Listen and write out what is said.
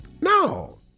No